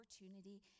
opportunity